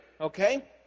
okay